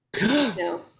no